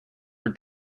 her